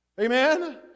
Amen